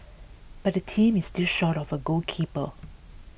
but the team is still short of a goalkeeper